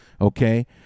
okay